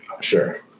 sure